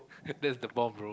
that's the bomb bro